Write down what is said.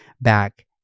back